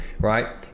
right